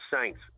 Saints